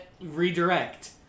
redirect